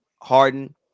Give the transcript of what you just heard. Harden